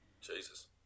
Jesus